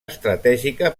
estratègica